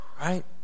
Right